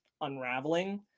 unraveling